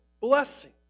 blessing